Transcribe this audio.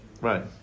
Right